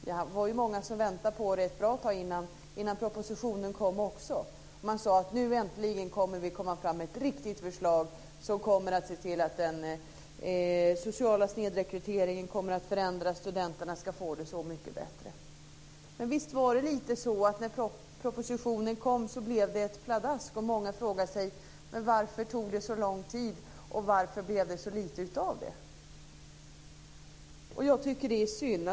Det var många som väntade på förslaget ett bra tag innan propositionen kom. Man sade: Nu äntligen kommer vi att lägga fram ett riktigt bra förslag som kommer att se till att den sociala snedrekryteringen förändras och studenterna får det mycket bättre. Men när propositionen kom blev det ett pladask. Många frågade sig: Varför tog det så lång tid, och varför blev det så lite av det? Jag tycker att det är synd.